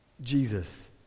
Jesus